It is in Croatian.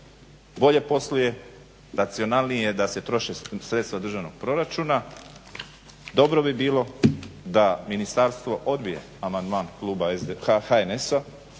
bolje posluje, racionalnije, da se troše sredstva Državnog proračuna. Dobro bi bilo da ministarstvo odbije amandman kluba HNS-a